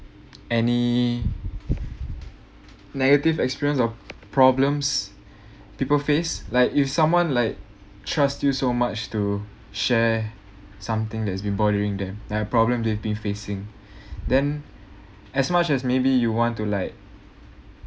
any negative experience of problems people face like if someone like trust you so much to share something that's been bothering them like a problem they've been facing then as much as maybe you want to like